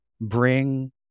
bring